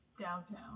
downtown